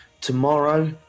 tomorrow